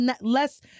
less